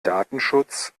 datenschutz